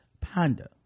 panda